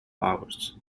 hours